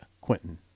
Quentin